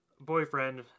boyfriend